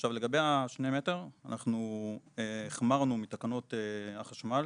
ועכשיו לגבי שני המטרים אנחנו החמרנו מתקנות החשמל,